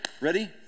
Ready